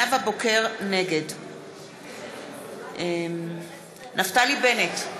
נגד נפתלי בנט,